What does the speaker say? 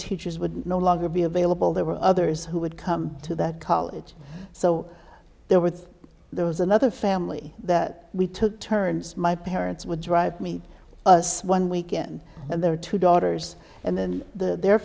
teachers would no longer be available there were others who would come to that college so there were there was another family that we took turns my parents would drive me us one weekend and their two daughters and then the their